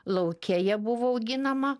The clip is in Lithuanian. lauke jie buvo auginama